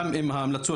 גם אם ההמלצות